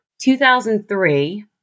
2003